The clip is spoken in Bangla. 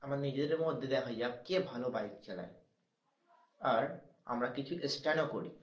আমাদের নিজেদের মধ্যে দেখা যাক কে ভালো বাইক চালায় আর আমরা কিছু স্টান্টও করি